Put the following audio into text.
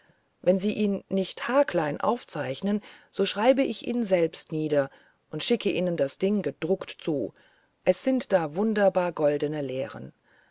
wenn sie ihn nicht haarklein aufzeichnen so schreibe ich ihn selbst nieder und schicke ihnen das ding gedruckt zu es sind da wunderbar goldene lehren